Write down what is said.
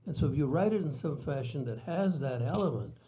and so if you write it in some fashion that has that element,